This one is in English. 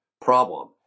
problem